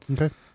Okay